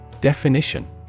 definition